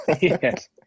Yes